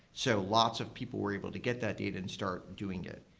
so lots of people were able to get that data and start doing it.